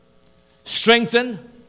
strengthen